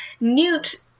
Newt